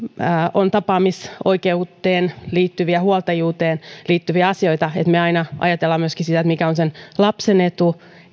on tapaamisoikeuteen ja huoltajuuteen liittyviä asioita että me aina ajattelemme sitä mikä on sen lapsen etu